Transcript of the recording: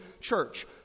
church